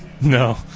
No